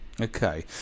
Okay